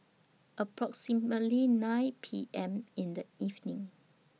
approximately nine P M in The evening